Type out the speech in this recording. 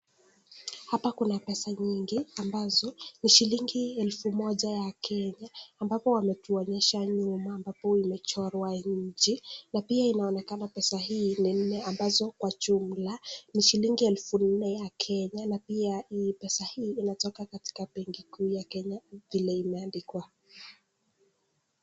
Hapa kuna pesa nyingi ambazo, ni shilingi elfu moja ya Kenya, ambapo wametuonyesha nyuma ambapo imechorwa nchi, na pia inaonekana pesa hii ni nne ambayo kwa jumla ni shilingi elfu nne ya Kenya, na pia pesa hii inatoka katika benki kuu ya Kenya vile imeandikwa.